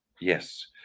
Yes